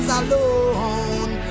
alone